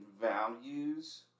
values